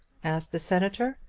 asked the senator.